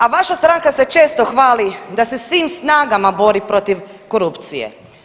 A vaša stranka se često hvali da se svim snagama bori protiv korupcije.